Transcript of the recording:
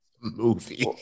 Movie